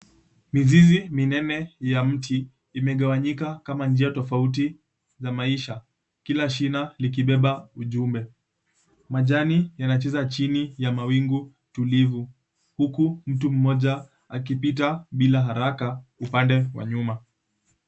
Mizizi minene ya mti imegawanyika kama njia tofauti za maisha, kila shina likibeba ujumbe. Majani yanacheza chini ya mawingu tulivu huku mtu mmoja akipita bila haraka upande wa nyuma.